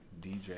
DJ